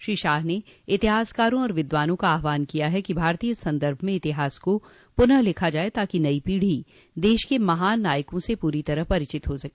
श्री शाह ने इतिहासकारों और विद्वानों का आहवान किया है कि भारतीय संदर्भ में इतिहास को पुनः लिखा जाए ताकि नई पीढ़ी देश के महान नायकों से पूरी तरह परिचित हा सके